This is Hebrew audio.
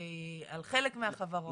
שהיא על חלק מהחברות.